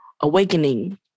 awakening